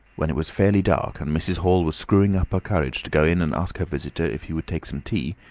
when it was fairly dark and mrs. hall was screwing up her courage to go in and ask her visitor if he would take some tea,